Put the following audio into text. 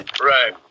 Right